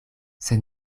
sed